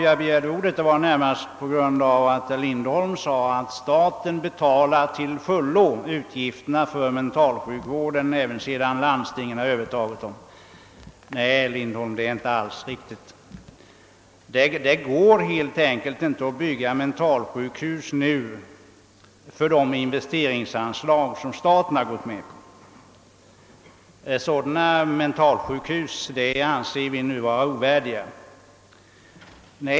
Jag begärde ordet närmast därför att herr Lindholm gjorde gällande att staten till fullo betalade utgifterna för mentalsjukvården även sedan landstingen har övertagit den. Nej, herr Lindholm, det är inte alls riktigt! Det går helt enkelt inte att bygga mentalsjukhus för de investeringsanslag som staten har gått med på. Sådana mentalsjukhus anser vi numera vara ovärdiga.